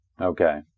Okay